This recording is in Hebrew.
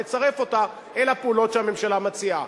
ונצרף אותה אל הפעולות שהממשלה מציעה.